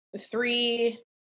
three